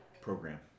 program